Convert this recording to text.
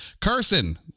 carson